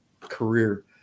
career